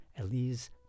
Elise